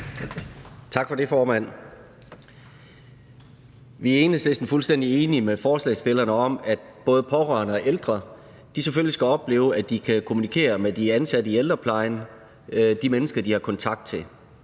Tak for det, formand. Vi er i Enhedslisten fuldstændig enige med forslagsstillerne i, at både pårørende og ældre selvfølgelig skal opleve, at de kan kommunikere med de ansatte i ældreplejen, altså de mennesker, de har kontakt til.